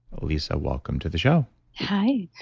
lisa, welcome to the show hi.